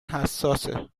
حساسه